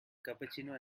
cappuccino